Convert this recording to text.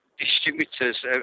distributors